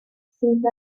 since